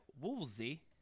Woolsey